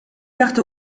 dachte